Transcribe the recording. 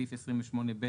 בסעיף 28(ב),